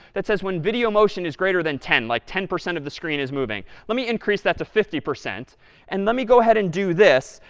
that says when video motion is greater than ten. like ten percent of the screen is moving. let me increase that to fifty. and let me go ahead and do this.